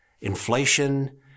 inflation